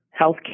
healthcare